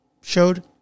showed